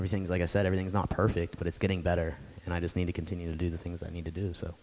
everything's like i said everything's not perfect but it's getting better and i just need to continue to do the things i need to do so